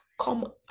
Come